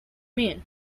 mean